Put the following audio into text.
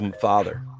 father